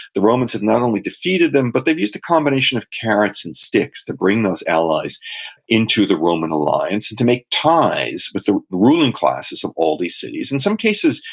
the romans have not only defeated them, but they've used a combination of carrots and sticks to bring those allies into the roman alliance, to make ties with the ruling classes of all these cities. in some cases,